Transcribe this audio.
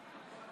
בעד,